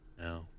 no